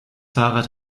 fahrrad